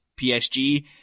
PSG